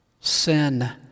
Sin